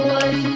one